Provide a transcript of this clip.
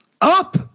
Up